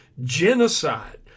genocide